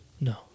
No